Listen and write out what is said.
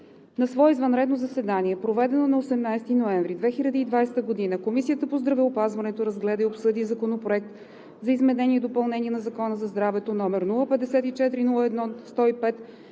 На свое извънредно заседание, проведено на 18 ноември 2020 г., Комисията по здравеопазването разгледа и обсъди Законопроект за изменение и допълнение на Закона за здравето, № 054-01-105,